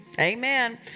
Amen